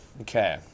Okay